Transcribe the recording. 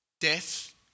death